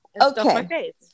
Okay